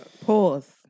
Pause